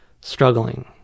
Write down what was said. struggling